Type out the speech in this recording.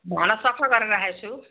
भाँडा सफा गरेर राखेको छु